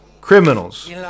criminals